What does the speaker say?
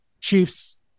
Chiefs